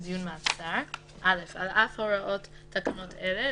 בדיון מעצר 16ב. (א)על אף הוראות תקנות אלה,